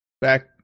back